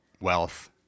wealth